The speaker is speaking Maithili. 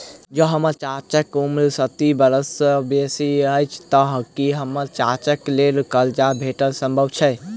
जँ हम्मर चाचाक उम्र साठि बरख सँ बेसी अछि तऽ की हम्मर चाचाक लेल करजा भेटब संभव छै?